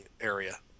area